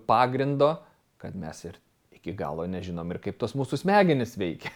pagrindo kad mes ir iki galo nežinom ir kaip tos mūsų smegenys veikia